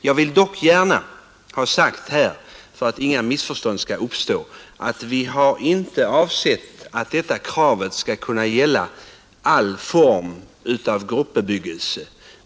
Jag vill dock gärna för att inget missförstånd skall uppstå framhålla, att vi inte har avsett att detta krav skall kunna gälla alla former av gruppbebyggelse.